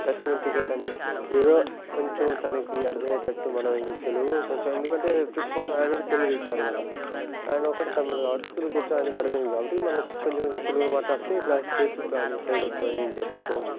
దర్శనం టికెట్ అని ఏదో కొంచెం తనకి అర్థం అయ్యేటట్టు మనం తెలుగు కొంచెం ఎందుకంటే చుట్టుపక్కల ఆయనకి తెలుగు ఇచ్చారు కదా ఆయనొక్కటే తమిళ్ కాబట్టి తెలుగు కొంచెం ఆయనకి అర్థమవుతుంది కాబట్టి కొంచెం కొంచెం తెలుగులో మాట్లాడితే ఇట్లా చేతులతోని సైగలుతోని చెప్పటం